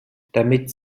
damit